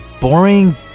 boring